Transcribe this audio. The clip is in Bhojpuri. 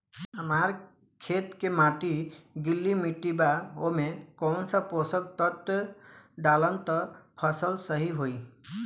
हमार खेत के माटी गीली मिट्टी बा ओमे कौन सा पोशक तत्व डालम त फसल सही होई?